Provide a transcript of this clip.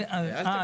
חמד.